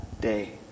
day